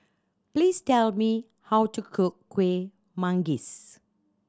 please tell me how to cook Kueh Manggis